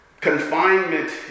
Confinement